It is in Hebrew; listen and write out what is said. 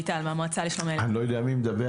התקיים דיון